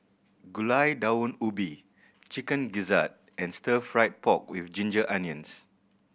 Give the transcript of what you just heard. Gulai Daun Ubi Chicken Gizzard and Stir Fried Pork With Ginger Onions